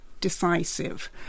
decisive